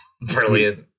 Brilliant